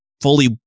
fully